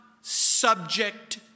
subject